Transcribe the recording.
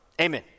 Amen